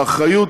האחריות